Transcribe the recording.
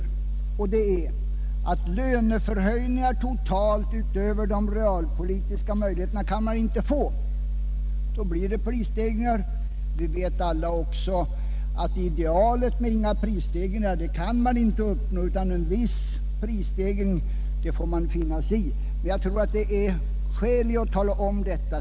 En sak är att man inte kan få löneförhöjningar totalt utöver de realpolitiska möjligheterna utan att det blir prisstegringar. Vi vet alla också att idealet — inga prisstegringar alls — inte kan uppnås, utan en viss prisstegring får vi finna oss i. Jag tror det finns skäl att tala om detta.